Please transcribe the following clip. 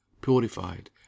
purified